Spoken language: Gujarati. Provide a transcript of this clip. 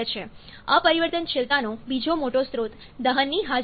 અપરિવર્તનશીલતાનો બીજો મોટો સ્ત્રોત દહનની હાજરી છે